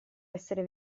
essere